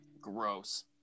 gross